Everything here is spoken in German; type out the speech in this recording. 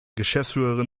geschäftsführerin